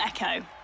Echo